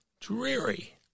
dreary